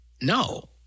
no